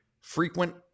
frequent